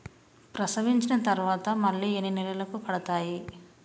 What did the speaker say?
ప్రసవించిన తర్వాత మళ్ళీ ఎన్ని నెలలకు కడతాయి?